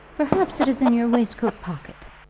perhaps it is in your waistcoat pocket,